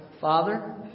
father